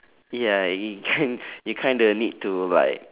ya you you kinda need to like